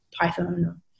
Python